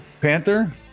Panther